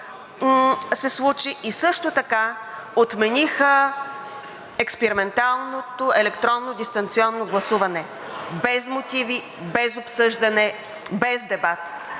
се случи и също така отмениха експерименталното електронно дистанционно гласуване – без мотиви, без обсъждане, без дебат.